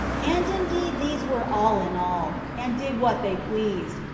and indeed these were all in all, and did what they pleased,